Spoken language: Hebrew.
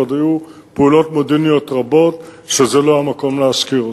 ועוד היו פעולות מודיעיניות רבות שזה לא המקום להזכיר אותן.